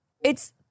It's-